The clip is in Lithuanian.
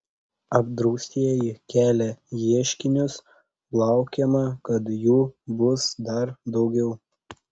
apdraustieji kelia ieškinius laukiama kad jų bus dar daugiau